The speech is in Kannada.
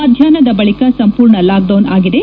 ಮಧ್ವಾಷ್ಟದ ಬಳಿ ಸಂಪೂರ್ಣ ಲಾಕ್ಡೌನ್ ಆಗಿದೆ